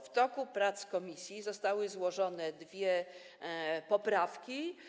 W toku prac komisji zostały złożone dwie poprawki.